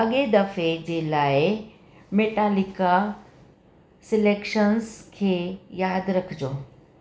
अॻे दफ़े जे लाइ मेटालिका सिलैक्शंस खे यादि रखिजो